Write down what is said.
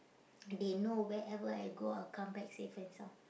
they know whereever I go I'll come back safe and sound